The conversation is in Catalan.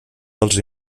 dels